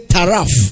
Taraf